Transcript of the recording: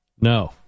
No